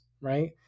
right